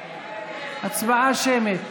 הצבעה שמית.